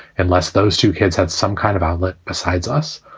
unless those two kids had some kind of outlet besides us.